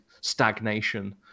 stagnation